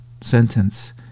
sentence